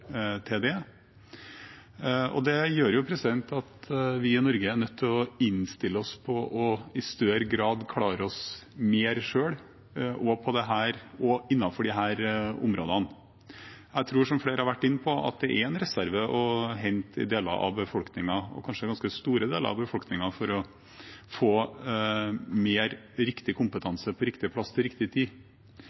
at vi i Norge er nødt til å innstille oss på i større grad å klare oss mer selv, også innenfor disse områdene. Jeg tror, som flere har vært inne på, at det er en reserve å hente i deler av befolkningen – kanskje ganske store deler av befolkningen – for å få mer riktig kompetanse på riktig plass til riktig tid.